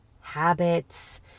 habits